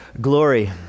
glory